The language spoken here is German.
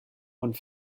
und